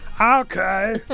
Okay